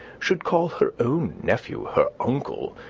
should call her own nephew her uncle,